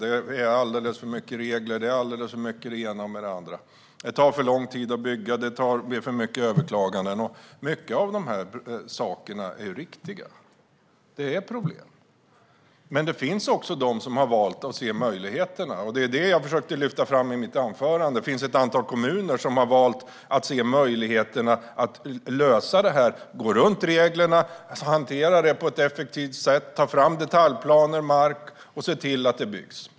Det är alldeles för mycket regler och det ena med det andra. Det tar för lång tid att bygga, och det blir för många överklaganden. Många av de här sakerna är riktiga. Det finns problem. Men det finns också de som har valt att se möjligheterna, och det var det jag försökte lyfta fram i mitt anförande. Det finns ett antal kommuner som har valt att se möjligheterna att lösa detta, att gå runt reglerna och att hantera det hela på ett effektivt sätt. Man tar fram detaljplaner och mark och ser till att det byggs.